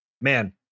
man